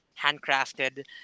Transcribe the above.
handcrafted